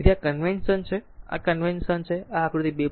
તેથી કે આ તે કન્વેશન છે આ કન્વેશન છે આ આકૃતિ 2